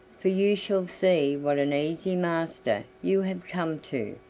for you shall see what an easy master you have come to,